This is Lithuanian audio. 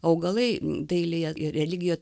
augalai dailėje ir religijoje